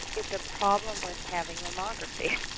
it's a problem with having mammography.